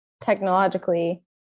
technologically